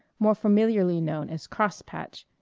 more familiarly known as cross patch,